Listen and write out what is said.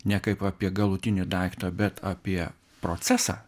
ne kaip apie galutinį daiktą bet apie procesą